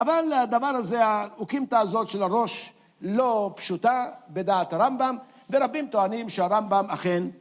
אבל לדבר הזה, אוֹקִימְתָא הזאת של הראש לא פשוטה בדעת הרמב״ם ורבים טוענים שהרמב״ם אכן